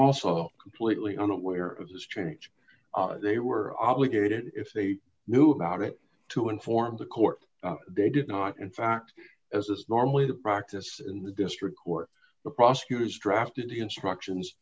also completely unaware of this change they were obligated if they knew about it to inform the court they did not in fact as is normally the practice in the district court the prosecutor's drafted instructions